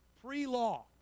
pre-law